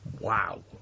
Wow